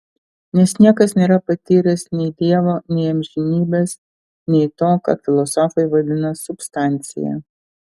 nes niekas nėra patyręs nei dievo nei amžinybės nei to ką filosofai vadina substancija